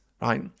right